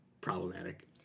problematic